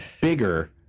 bigger